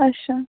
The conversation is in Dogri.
अच्छा